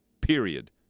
period